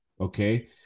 okay